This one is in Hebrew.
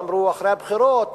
אמרו: אחרי הבחירות,